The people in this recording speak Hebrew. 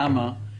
למה?